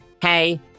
hey